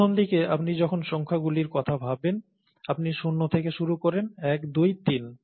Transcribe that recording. প্রথমদিকে আপনি যখন সংখ্যাগুলির কথা ভাবেন আপনি শূন্য থেকে শুরু করেন এক দুই তিন